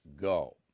go